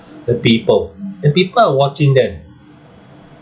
the people the people are watching them